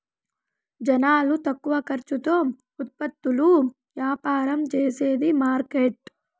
జనాలు తక్కువ ఖర్చుతో ఉత్పత్తులు యాపారం చేసేది మార్కెట్